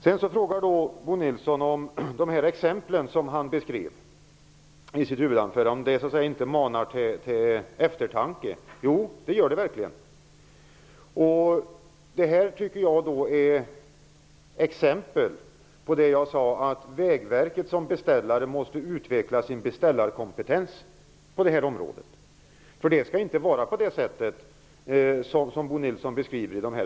Bo Nilsson frågade om de exempel som han beskrev i sitt huvudanförande inte manar till eftertanke. Jo, det gör de verkligen. Jag tycker att detta är exempel på det som jag tidigare sade, att Vägverket som beställare måste utveckla sin beställarkompetens på området. Det skall inte fungera på det sätt som Bo Nilsson beskriver.